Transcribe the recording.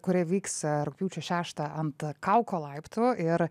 kuri vyks rugpjūčio šeštą ant kauko laiptų ir